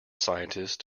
scientist